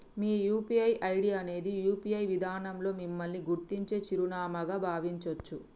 మీ UPI ID అనేది UPI విధానంలో మిమ్మల్ని గుర్తించే చిరునామాగా భావించొచ్చు